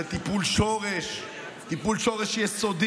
זה טיפול שורש יסודי.